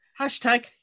Hashtag